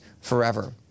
forever